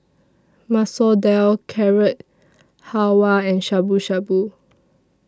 Masoor Dal Carrot Halwa and Shabu Shabu